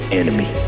enemy